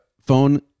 phone